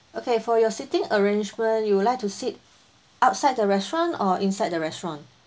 okay for your seating arrangement you would like to sit outside the restaurant or inside the restaurant